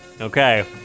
Okay